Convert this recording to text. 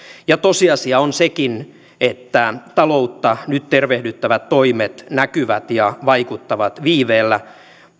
tosiasia on sekin että taloutta nyt tervehdyttävät toimet näkyvät ja vaikuttavat viiveellä